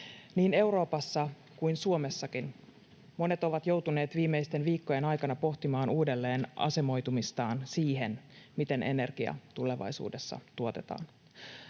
Niin Euroopassa kuin Suomessakin monet ovat joutuneet viimeisten viikkojen aikana pohtimaan uudelleen asemoitumistaan siihen, miten energia tulevaisuudessa tuotetaan.